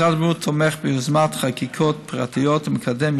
משרד הבריאות תומך ביוזמות חקיקות פרטיות ומקדם